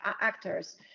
actors